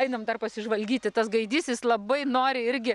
einam dar pasižvalgyti tas gaidys jis labai nori irgi